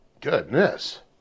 goodness